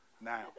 now